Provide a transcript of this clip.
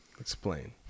Explain